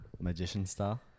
Magician-style